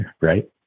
Right